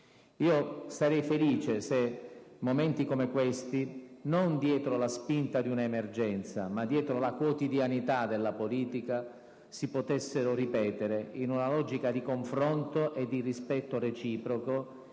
Sarei felice se momenti come questi, non dietro la spinta di un'emergenza ma dietro la quotidianità della politica, si potessero ripetere, in una logica di confronto e di rispetto reciproco,